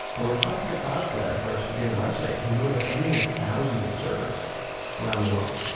a request to cloudflare for a given website can go to any of thousands of servers around the world.